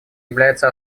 является